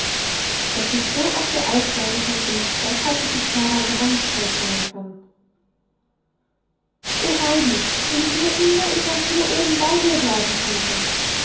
daß es so auf der alp sein könnte das hatte sich klara gar nicht vorstellen können o heidi wenn ich nur immer immer hier oben bei dir bleiben könnte